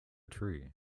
tree